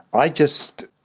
i just,